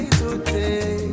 today